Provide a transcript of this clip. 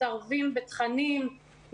מתערבים בתכנים,